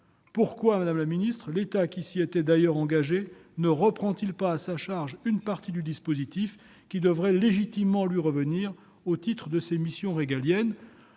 Pourquoi, madame la secrétaire d'État, l'État, qui s'y était d'ailleurs engagé, ne reprend-il pas à sa charge une partie du dispositif, qui devrait légitimement lui revenir au titre de ses missions régaliennes ?